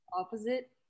opposite